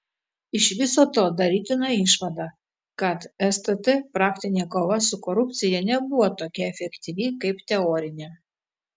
iš viso to darytina išvada kad stt praktinė kova su korupcija nebuvo tokia efektyvi kaip teorinė